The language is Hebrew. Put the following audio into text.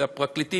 הפרקליטים,